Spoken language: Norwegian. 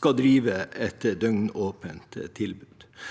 skal drive et døgnåpent tilbud.